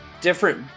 different